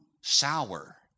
sour